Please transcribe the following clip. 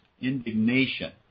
Indignation